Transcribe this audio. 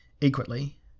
Equally